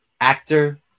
actor